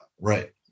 Right